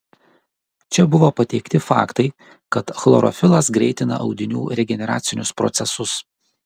čia buvo pateikti faktai kad chlorofilas greitina audinių regeneracinius procesus